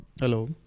Hello